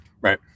Right